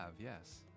yes